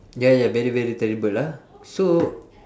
ya ya very very terrible ah so